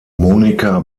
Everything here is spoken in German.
monika